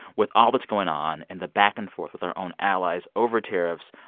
with all that's going on and the back-and-forth with our own allies over tariffs,